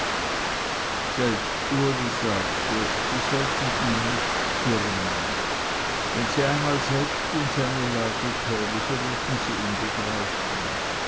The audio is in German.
selbst uli sagte sie sollten ihm nicht zürnen wenn sie einmal selbst in seine lage kämen so würden sie ihn begreifen